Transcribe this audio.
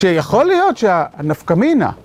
שיכול להיות שהנפקמינה...